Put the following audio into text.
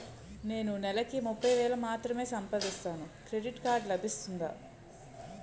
నేను నెల కి ముప్పై వేలు మాత్రమే సంపాదిస్తాను క్రెడిట్ కార్డ్ లభిస్తుందా?